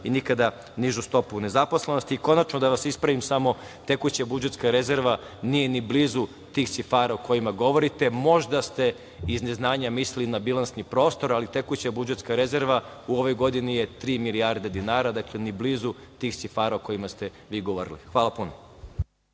i nikada nižu stopu nezaposlenosti. Konačno, da vas ispravim samo, tekuća budžetska rezerva nije ni blizu tih cifara o kojima govorite, možda ste iz neznanja mislili na bilansni prostor, ali tekuća budžetska rezerva u ovoj godini je tri milijarde dinara, dakle ni blizu tih cifara o kojima ste govorili. Hvala puno.